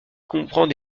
comprend